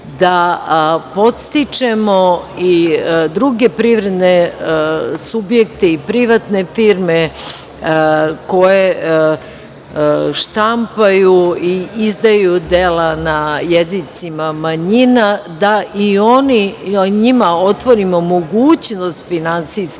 da podstičemo i druge privredne subjekte i privatne firme koje štampaju i izdaju dela na jezicima manjina, da i njima otvorimo mogućnost finansijskih